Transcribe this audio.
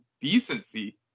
decency